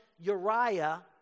Uriah